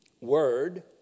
word